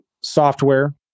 software